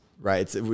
right